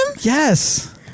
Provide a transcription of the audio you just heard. Yes